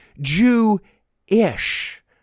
Jew-ish